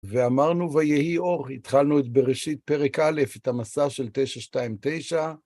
ואמרנו, ויהי אור, התחלנו את בראשית פרק א', את המסע של 929.